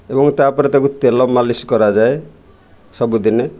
ଏବଂ ତା'ପରେ ତାକୁ ତେଲ ମାଲିସ୍ କରାଯାଏ ସବୁଦିନେ